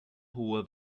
hohe